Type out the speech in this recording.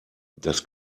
das